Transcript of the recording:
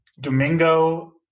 Domingo